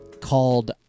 called